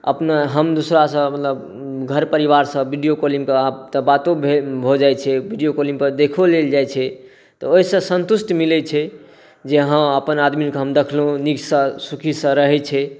अपना हम दूसरासँ मतलब घर परिवारसँ वीडियो कॉलिंग पर आब तऽ बातो भऽ जाइ छै वीडियो कॉलिंग पर देखो लेल जाइ छै तऽ ओहिसँ संतुष्टि मिलै छै जे हँ हम अपन आदमीक देखलहुँ नीकसँ सुखीसँ रहै छै